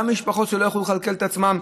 וגם משפחות שלא יוכלו לכלכל את עצמן.